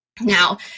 Now